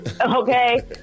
Okay